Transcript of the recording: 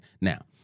Now